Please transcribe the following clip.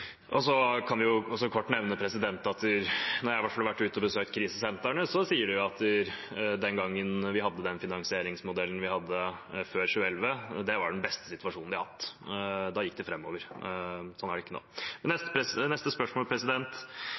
Så kan jeg også kort nevne at når i hvert fall jeg har vært ute og besøkt krisesentrene, sier de om den gang vi hadde den finansieringsmodellen som vi hadde før 2011, at det var den beste situasjonen de har hatt – da gikk det framover. Slik er det ikke nå.